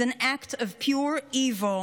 is an act of pure evil.